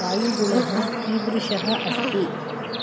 वायुगुणः कीदृशः अस्ति